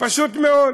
פשוט מאוד.